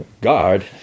god